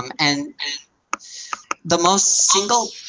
and the most single,